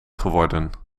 geworden